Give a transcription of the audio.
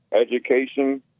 Education